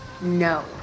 No